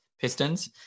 Pistons